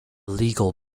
legal